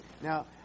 Now